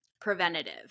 preventative